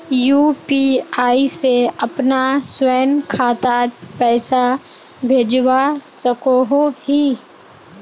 UPI से अपना स्वयं खातात पैसा भेजवा सकोहो ही?